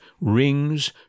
rings